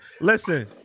Listen